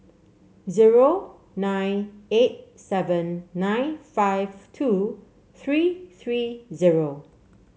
zero nine eight seven nine five two three three zero